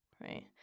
Right